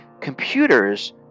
computers